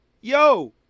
yo